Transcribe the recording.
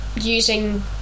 using